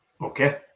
Okay